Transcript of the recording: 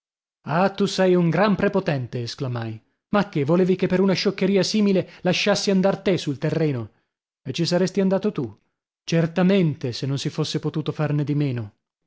ah tu sei un gran prepotente esclamai ma che volevi che per una scioccheria simile lasciassi andar te sul terreno e ci saresti andato tu certamente se non si fosse potuto farne di meno